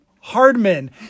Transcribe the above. Hardman